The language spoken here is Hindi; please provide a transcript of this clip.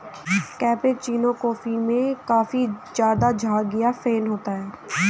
कैपेचीनो कॉफी में काफी ज़्यादा झाग या फेन होता है